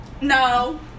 No